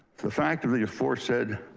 the fact of the aforesaid